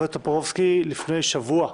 לפני שבוע.